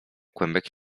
kłębek